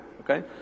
Okay